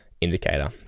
indicator